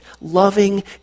loving